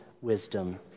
wisdom